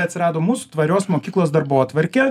atsirado mūsų tvarios mokyklos darbotvarkė